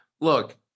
look